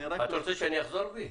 אתה רוצה שאני אחזור בי?